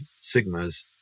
sigmas